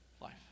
life